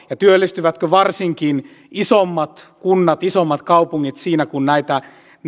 ja työllistyvätkö varsinkin isommat kunnat isommat kaupungit siinä kun näitä